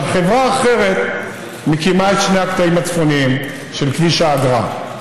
חברה אחרת מקימה את שני הקטעים הצפוניים של כביש האגרה.